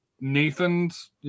Nathan's